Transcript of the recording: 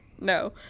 no